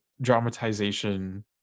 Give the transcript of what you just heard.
dramatization